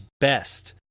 best